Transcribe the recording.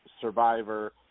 survivor